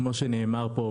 כמו שנאמר פה,